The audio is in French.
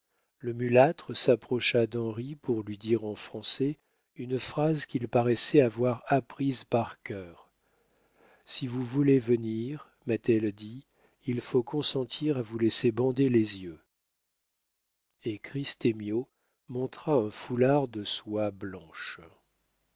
le mulâtre s'approcha d'henri pour lui dire en français une phrase qu'il paraissait avoir apprise par cœur si vous voulez venir m'a-t-elle dit il faut consentir à vous laisser bander les yeux et christemio montra un foulard de soie blanche